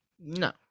no